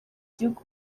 gihugu